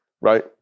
Right